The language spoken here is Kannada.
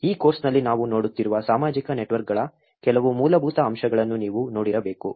ಈ ಕೋರ್ಸ್ನಲ್ಲಿ ನಾವು ನೋಡುತ್ತಿರುವ ಸಾಮಾಜಿಕ ನೆಟ್ವರ್ಕ್ಗಳ ಕೆಲವು ಮೂಲಭೂತ ಅಂಶಗಳನ್ನು ನೀವು ನೋಡಿರಬೇಕು